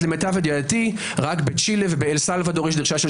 למיטב ידיעתי רק בצ'ילה ובאל סלבדור יש דרישה של